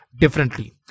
differently